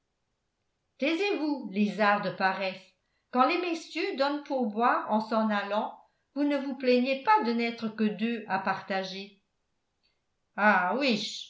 taisez-vous lézard de paresse quand les messieurs donnent pourboire en s'en allant vous ne vous plaignez pas de n'être que deux à partager ah ouiche